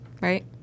Right